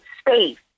space